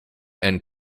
and